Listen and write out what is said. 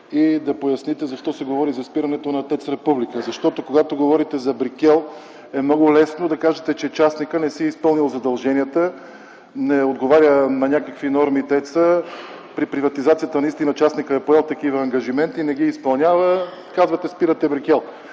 и да поясните защо се говори за спирането на ТЕЦ „Република”. Защото, когато говорите за „Брикел”, е много лесно да кажете, че частникът не си е изпълнил задълженията, тецът не отговаря на някакви норми. Наистина при приватизация утре частникът е поел такива ангажименти и не ги изпълнява и казвате, че спирате „Брикел”.